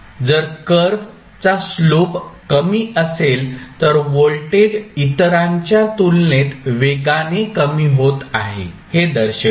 जर कर्व चा स्लोप कमी असेल तर व्होल्टेज इतरांच्या तुलनेत वेगाने कमी होत आहे हे दर्शविते